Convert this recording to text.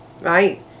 right